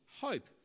hope